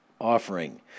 offering